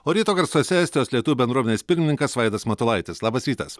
o ryto garsuose estijos lietuvių bendruomenės pirmininkas vaidas matulaitis labas rytas